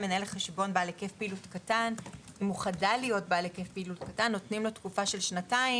גוף שחדל להיות בעל היקף פעילות קטן נותנים לו תקופה של שנתיים,